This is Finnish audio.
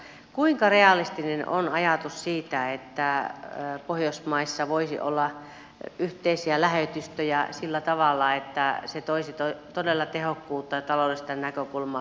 kuinka realistinen on ajatus siitä että pohjoismaissa voisi olla yhteisiä lähetystöjä sillä tavalla että se toisi todella tehokkuutta ja taloudellista näkökulmaa tähän tilanteeseen